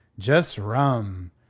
jus' rum.